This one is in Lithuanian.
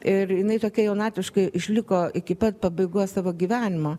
ir jinai tokia jaunatviškai išliko iki pat pabaigos savo gyvenimo